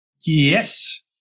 Yes